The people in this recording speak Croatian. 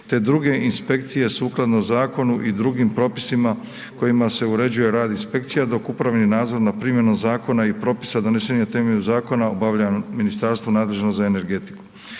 te druge inspekcije sukladno zakonu i drugim propisima kojima se uređuje rad inspekcija dok upravni nadzor nad primjenom zakon i propisa na temelju zakona obavlja ministarstvo nadležno za energetiku.